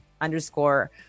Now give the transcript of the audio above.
underscore